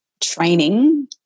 training